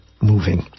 moving